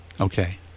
Okay